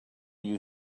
you